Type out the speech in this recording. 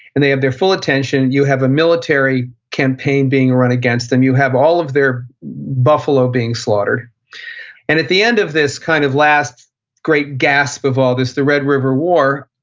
and they have their full attention. you have a military campaign being run against, and you have all of their buffalo being slaughtered and at the end of this kind of last great gasp of all this, the red river war,